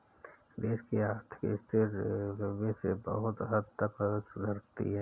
देश की आर्थिक स्थिति रेलवे से बहुत हद तक सुधरती है